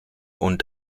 und